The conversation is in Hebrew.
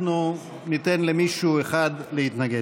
ניתן למישהו אחד להתנגד.